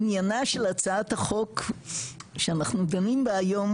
עניינה של הצעת החוק שאנחנו דנים בה היום,